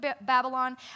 Babylon